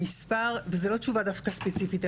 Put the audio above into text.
שמספר וזה לא תשובה דווקא ספציפית,